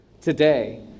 Today